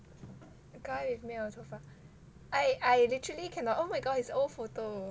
the guy with 没有头发 I I literally cannot oh my god his old photo